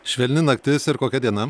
švelni naktis ir kokia diena